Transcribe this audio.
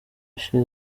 ashes